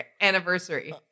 anniversary